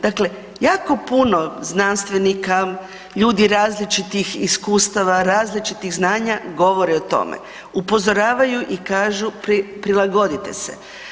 Dakle, jako puno znanstvenika, ljudi različitih iskustava, različitih znanja govore o tome, upozoravaju i kažu prilagodite se.